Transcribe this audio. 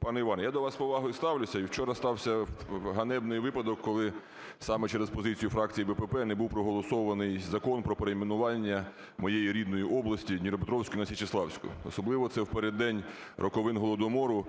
Пане Іване, я до вас з повагою ставлюся, і вчора стався ганебний випадок, коли саме через позицію фракції БПП не був проголосований Закон про перейменування моєї рідної області Дніпропетровської наСічеславську. Особливо це в переддень роковин Голодомору